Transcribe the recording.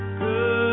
good